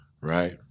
right